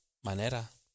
manera